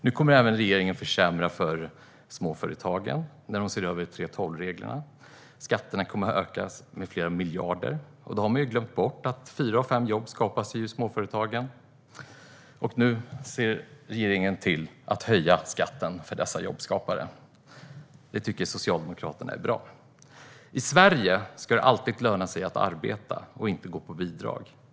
Nu kommer regeringen även att försämra för småföretagen i och med översynen av 3:12-reglerna. Skatterna kommer att öka med flera miljarder. Man har glömt bort att fyra av fem jobb skapas i småföretagen. Nu ser alltså regeringen till att skatten höjs för dessa jobbskapare, och det tycker Socialdemokraterna är bra. I Sverige ska det alltid löna sig att arbeta och inte gå på bidrag.